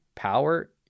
Power